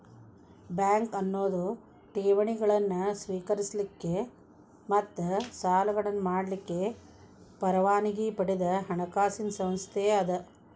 bank ಅನ್ನೊದು ಠೇವಣಿಗಳನ್ನ ಸ್ವೇಕರಿಸಲಿಕ್ಕ ಮತ್ತ ಸಾಲಗಳನ್ನ ಮಾಡಲಿಕ್ಕೆ ಪರವಾನಗಿ ಪಡದ ಹಣಕಾಸಿನ್ ಸಂಸ್ಥೆ ಅದ